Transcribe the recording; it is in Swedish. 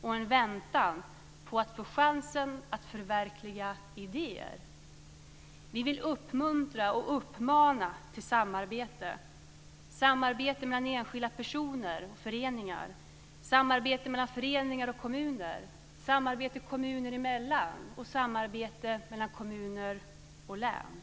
och en väntan på att få chansen att förverkliga idéer. Vi vill uppmuntra och uppmana till samarbete mellan enskilda personer och föreningar, samarbete mellan föreningar och kommuner, samarbete kommuner emellan och samarbete mellan kommuner och län.